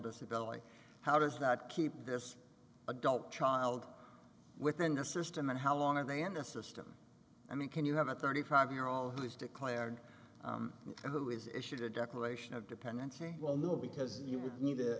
disability how does that keep this adult child within the system and how long are they in the system i mean can you have a thirty five year old who has declared who is issued a declaration of dependency well no because you